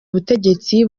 ubutegetsi